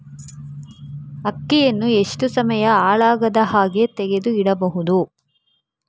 ಅಕ್ಕಿಯನ್ನು ಎಷ್ಟು ಸಮಯ ಹಾಳಾಗದಹಾಗೆ ತೆಗೆದು ಇಡಬಹುದು?